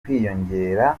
kwiyongera